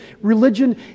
Religion